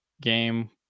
game